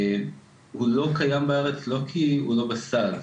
הוא לא קיים בארץ לא כי הוא לא בסל,